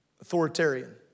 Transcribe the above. authoritarian